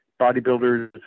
bodybuilders